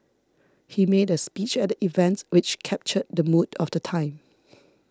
he made a speech at the event which captured the mood of the time